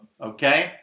Okay